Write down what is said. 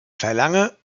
verlange